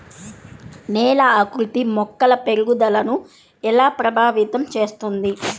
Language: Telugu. నేల ఆకృతి మొక్కల పెరుగుదలను ఎలా ప్రభావితం చేస్తుంది?